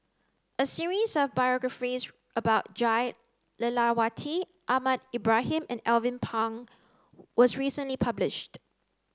a series of biographies about Jah Lelawati Ahmad Ibrahim and Alvin Pang was recently published